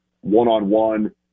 one-on-one